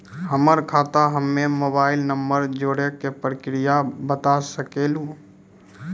हमर खाता हम्मे मोबाइल नंबर जोड़े के प्रक्रिया बता सकें लू?